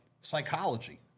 psychology